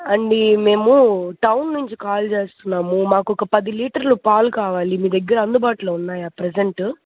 అండి మేము టౌన్ నుంచి కాల్ చేస్తున్నాము మాకు ఒక పది లీటర్లు పాలు కావాలి మీ దగ్గర అందుబాటులో ఉన్నాయా ప్రెజెంట్